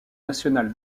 national